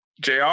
JR